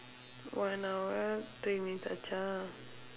one hour three minutes